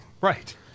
Right